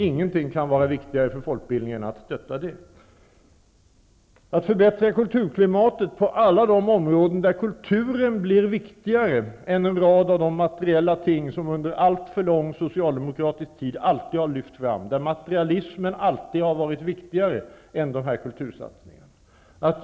Ingenting kan vara viktigare för folkbildningen än att stötta det. Att förbättra kulturklimatet på alla områden är viktigare än en rad av de materiella ting som under alltför lång socialdemokratisk regeringstid alltid har lyfts fram, då materialismen alltid har varit viktigare än kultursatsningarna.